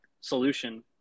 solution